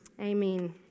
Amen